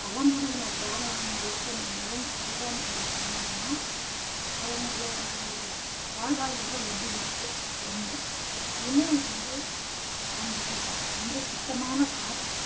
பழங்குடியின கிராமங்களுக்கு நம்ம ஏன் செல்கிறோம்னு சொல்லி சொன்னோம்னால் அவங்களோட வாழ்வாதாரம் எப்படி இருக்குது ஒன்று இன்னொன்று வந்து அவங்க வந்து சுத்தமான காற்று